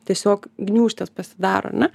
tiesiog gniūžtės pasidaro ar ne